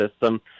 system